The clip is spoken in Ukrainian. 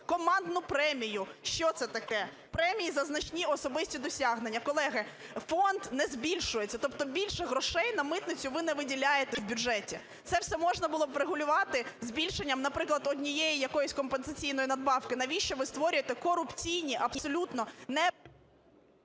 "Командну премію", що це таке? "Премії за значні особисті досягнення"? Колеги, фонд не збільшується, тобто більше грошей на митницю ви не виділяєте в бюджеті. Це все можна було б врегулювати збільшенням, наприклад, однієї якоїсь компенсаційної надбавки. Навіщо ви створюєте корупційні абсолютно…